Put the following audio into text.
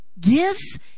gifts